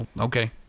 Okay